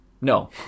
No